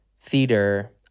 theater